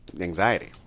anxiety